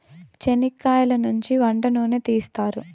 చనిక్కయలనుంచి వంట నూనెను తీస్తారు